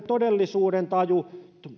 todellisuudentajunsa